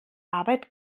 arbeit